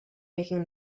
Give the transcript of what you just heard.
making